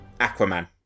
Aquaman